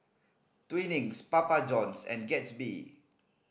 Twinings Papa Johns and Gatsby